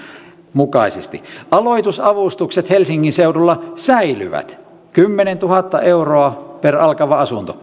mukaisesti aloitusavustukset helsingin seudulla säilyvät kymmenentuhatta euroa per alkava asunto